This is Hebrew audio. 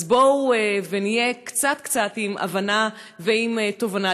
אז בואו נהיה קצת קצת עם הבנה ועם תובנה.